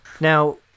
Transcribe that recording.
Now